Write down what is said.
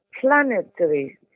planetary